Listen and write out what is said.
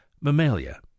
Mammalia